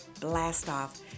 Blast-Off